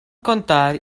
contar